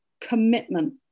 commitment